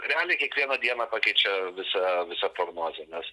realiai kiekvieną dieną pakeičia visą visą prognozę nes